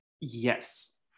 Yes